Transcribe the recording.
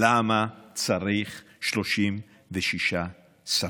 למה צריך 36 שרים.